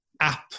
app